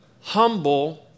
humble